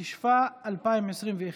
התשפ"א 2021,